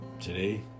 today